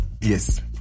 Yes